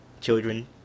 children